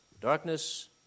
darkness